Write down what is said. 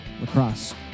lacrosse